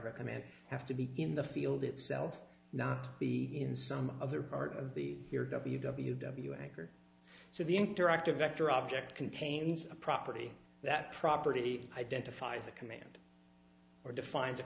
a command have to be in the field itself not be in some other part of the your w w w anchor so the interactive vector object contains a property that property identifies a command or defines a